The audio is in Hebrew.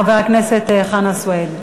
חבר הכנסת חנא סוייד.